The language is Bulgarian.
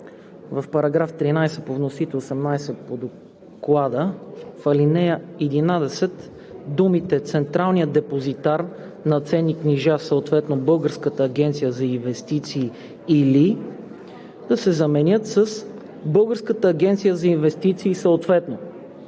В § 13 по вносител –§ 18 по Доклада, в ал. 11 думите „Централния депозитар на ценни книжа съответно Българската агенция за инвестиции или“ да се заменят с „Българската агенция за инвестиции съответно“,